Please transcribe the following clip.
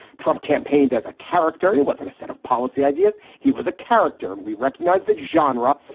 trump campaigned as a character who wasn't a set of policy ideas. he was a character. and we recognize the genre.